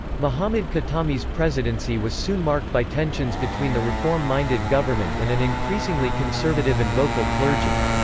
mohammad khatami's presidency was soon marked by tensions between the reform-minded government and an increasingly conservative and vocal clergy.